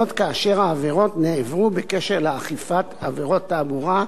זאת כאשר העבירות נעברו בקשר לאכיפת עבירות תעבורה,